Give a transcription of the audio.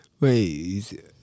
Wait